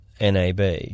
NAB